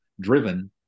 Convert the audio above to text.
driven